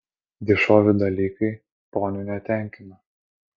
dišovi dalykai ponių netenkina